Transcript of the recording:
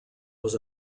was